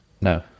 No